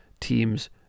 teams